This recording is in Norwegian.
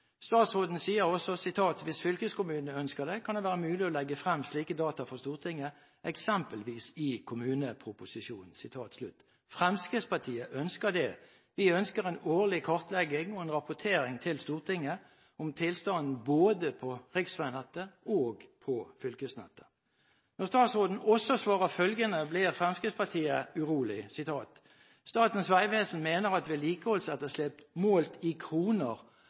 Statsråden sier også. «Hvis fylkeskommunene ønsker det, kan det være mulig å legge fram slike data for Stortinget, eksempelvis i kommuneproposisjonen.» Fremskrittspartiet ønsker det – vi ønsker en årlig kartlegging og rapportering til Stortinget om tilstanden både på riksveinettet og på fylkesveinettet. Når statsråden også svarer følgende, blir Fremskrittspartiet urolig: «Statens vegvesen mener at vedlikeholdsetterslepet målt i kroner